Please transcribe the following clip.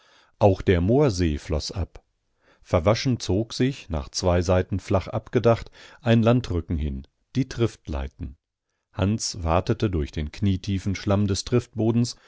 auch der moorsee floß ab verwaschen zog sich nach zwei seiten flach abgedacht ein landrücken hin die triftleiten hans watete durch den knietiefen schlamm des